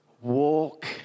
walk